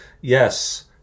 Yes